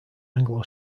anglo